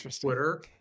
Twitter